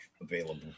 available